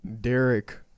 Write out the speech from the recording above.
Derek